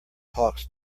talks